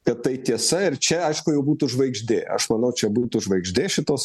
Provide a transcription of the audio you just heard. kad tai tiesa ir čia aišku jau būtų žvaigždė aš manau čia būtų žvaigždė šitos